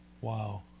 Wow